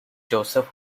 joseph